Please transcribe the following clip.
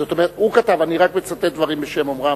זאת אומרת, הוא כתב, אני רק מצטט דברים בשם אומרם.